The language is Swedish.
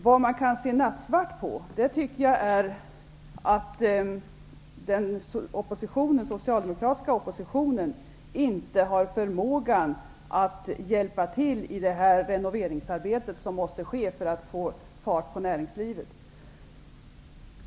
Det man kan se nattsvart på tycker jag är att den socialdemokratiska oppositionen inte har förmågan att hjälpa till i det renoveringsarbete som måste ske för att få fart på näringslivet.